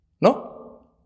No